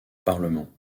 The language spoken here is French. parlement